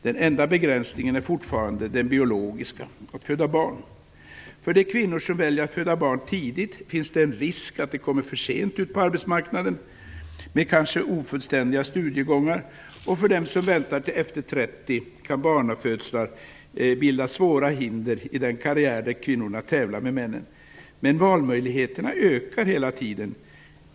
Den enda begränsningen är fortfarande den biologiska: att föda barn. För de kvinnor som väljer att föda barn tidigt finns det en risk att de kommer för sent ut på arbetsmarknaden, kanske med ofullständiga studiegångar. För dem som väntar tills de är över 30 år kan barnafödslar bilda svåra hinder i den karriär där kvinnorna tävlar med männen. Men valmöjligheterna ökar hela tiden.